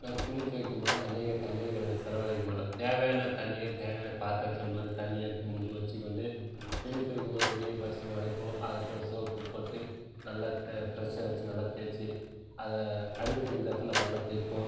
நாங்கள் துணி துவைக்கும் போது அதிக தண்ணிகளை வந்து செலவழிக்க மாட்டேன் தேவையான தண்ணியை தேவையான பாத்திரத்தில் நம்ம வந்து தண்ணியை எடுத்து மொண்டு வெச்சுக்கொண்டு துணி துவைக்கும் போது துணியை ஃபர்ஸ்ட்டு நினைப்போம் அப்புறம் சோப்பு போட்டு நல்லா ப்ரஸ்ஸை வெச்சு நல்லா தேய்ச்சி அதை அழுக்கு இருக்கிற இடத்துல நல்லா தேய்ப்போம்